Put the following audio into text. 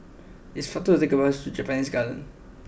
it is faster to take the bus to Japanese Garden